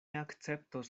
akceptos